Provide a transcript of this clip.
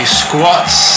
squats